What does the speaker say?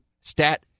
stat